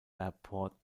airport